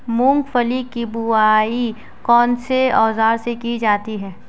मूंगफली की बुआई कौनसे औज़ार से की जाती है?